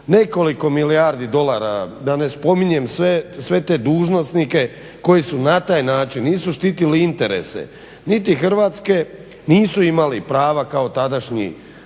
nekoliko milijardi dolara da ne spominjem sve te dužnosnike koji su na taj način, nisu štitili interese niti hrvatske, nisu imali prava kao tadašnji